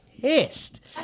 pissed